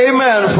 Amen